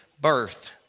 birth